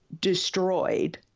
destroyed